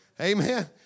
Amen